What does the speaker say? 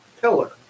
pillar